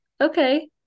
Okay